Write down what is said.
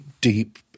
deep